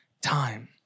time